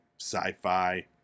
sci-fi